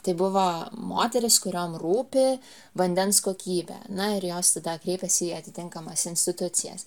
tai buvo moterys kuriom rūpi vandens kokybė na ir jos tada kreipėsi į atitinkamas institucijas